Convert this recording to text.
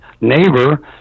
neighbor